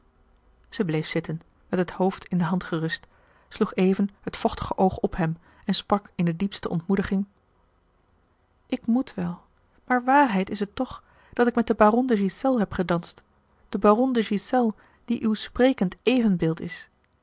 zij bleef zitten met het hoofd in de hand gerust sloeg even het vochtige oog op hem en sprak in de diepste ontmoediging ik moet wel maar waarheid is het toch dat ik met den baron de ghiselles heb gedanst den baron de ghiselles die uw sprekend evenbeeld is